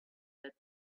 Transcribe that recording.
that